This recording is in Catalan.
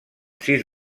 sis